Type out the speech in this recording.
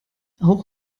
auch